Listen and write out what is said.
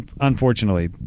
Unfortunately